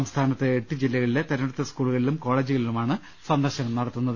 സംസ്ഥാനത്ത് എട്ടു ജില്ലകളിലെ തെരഞ്ഞെടുത്ത സ്കൂളുകളിലും കോളേജുകളിലുമാണ് സന്ദർശനം നടത്തുന്നത്